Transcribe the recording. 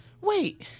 wait